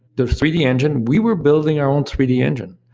the three d engine, we were building our own three d engine.